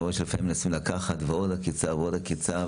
אני רואה איך לפעמים מנסים לקחת דם עוד עקיצה ועוד עקיצה,